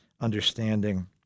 understanding